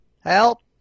help